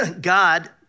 God